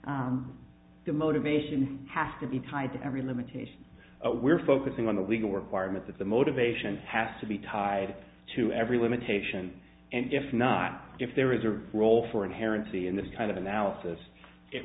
the motivation has to be tied to every limitation we're focusing on the legal requirement that the motivations have to be tied to every limitation and if not if there is a role for inherently in this kind of analysis it